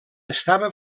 estava